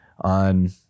on